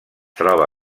troba